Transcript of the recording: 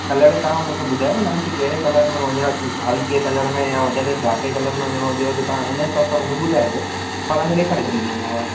colour तव्हां मूंखे ॿुधायो न तव्हांखे कहिड़े कलर में वञिणा आहे हल्के कलर में या कहिड़े घाटे कलर में वञिणो हुजेव त तव्हां उन हिसाब सां मूंखे ॿुधाइजो मां तव्हांखे ॾेखारे छॾींदोमाव